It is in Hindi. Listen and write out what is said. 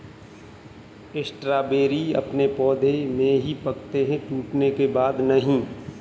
स्ट्रॉबेरी अपने पौधे में ही पकते है टूटने के बाद नहीं